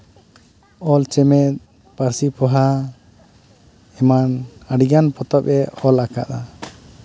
ᱚᱞ ᱪᱮᱢᱮᱫ ᱯᱟᱹᱨᱥᱤ ᱯᱚᱦᱟ ᱮᱢᱟᱱ ᱟᱹᱰᱤᱜᱟᱱ ᱯᱚᱛᱚᱵᱮ ᱚᱞ ᱟᱠᱟᱫᱼᱟ